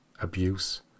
abuse